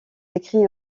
écrit